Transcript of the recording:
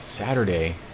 Saturday